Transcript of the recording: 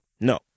No